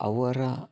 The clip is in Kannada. ಅವರ